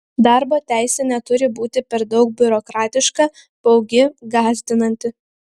darbo teisė neturi būti per daug biurokratiška baugi gąsdinanti